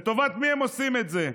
לטובת מי הם עושים את זה?